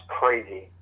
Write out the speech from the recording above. crazy